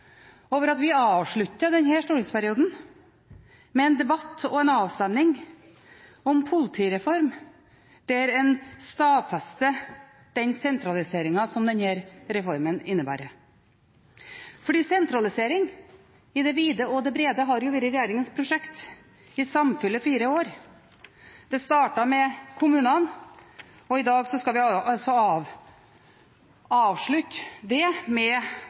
over at vi avslutter denne stortingsperioden med en debatt og en avstemming om politireform, der en stadfester den sentraliseringen som denne reformen innebærer. For sentralisering i det vide og det brede har jo vært regjeringens prosjekt i samfulle fire år. Det startet med kommunene, og i dag skal vi altså avslutte det med